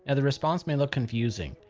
ah the response may look confusing,